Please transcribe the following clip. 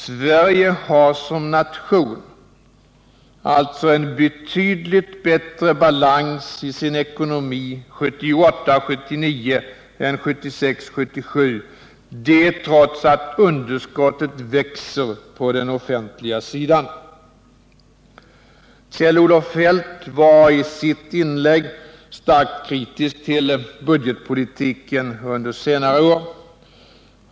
Sverige har som nation alltså en betydligt bättre balans i sin ekonomi 1978 77, detta trots att underskottet växer på den offentliga sidan. Kjell-Olof Feldt var i sitt inlägg starkt kritisk till budgetpolitiken under senare år.